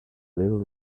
little